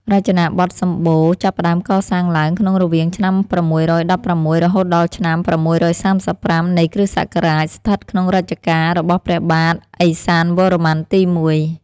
រចនាបថសម្បូណ៌ ចាប់ផ្តើមកសាងឡើងក្នុងរវាងឆ្នាំ៦១៦ រហូតដល់ឆ្នាំ ៦៣៥ នៃគ្រិស្តសករាជ ស្ថិតក្នុងរជ្ជកាលរបស់ព្រះបាទឥសានវរ្ម័នទី១។